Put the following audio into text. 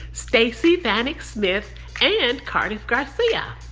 stacey vanek smith and cardiff garcia.